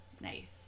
Nice